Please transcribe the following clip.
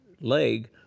leg